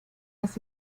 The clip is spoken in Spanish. las